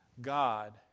God